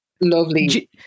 lovely